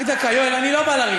רק דקה, יואל, אני לא בא לריב.